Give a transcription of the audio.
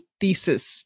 thesis